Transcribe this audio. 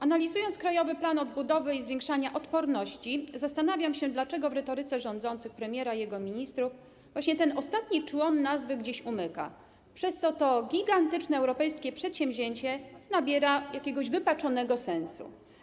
Analizując Krajowy Plan Odbudowy i Zwiększania Odporności, zastanawiam się, dlaczego w retoryce rządzących premiera i jego ministrów właśnie ten ostatni człon nazwy gdzieś umyka, przez co to gigantyczne europejskie przedsięwzięcie nabiera jakiegoś wypaczonego sensu.